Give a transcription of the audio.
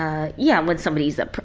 ah, yeah, when somebody's a